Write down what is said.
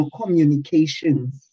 communications